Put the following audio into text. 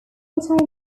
what